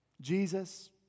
Jesus